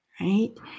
right